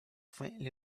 faintly